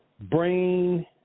brain